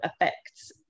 affects